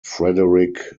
frederick